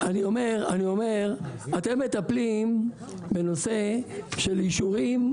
שסטוביץ: אני אומר אני אומר אתם מטפלים בנושא של אישורים,